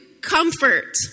Comfort